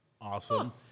awesome